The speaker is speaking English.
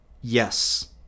Yes